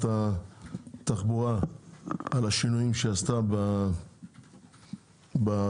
התחבורה על השינויים שהיא עשתה ברפורמה,